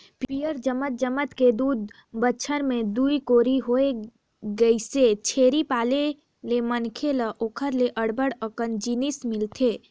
पियंर जमत जमत के दू बच्छर में दूई कोरी होय गइसे, छेरी पाले ले मनखे ल ओखर ले अब्ब्ड़ अकन जिनिस मिलथे